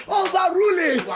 overruling